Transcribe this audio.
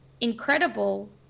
incredible